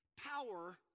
Power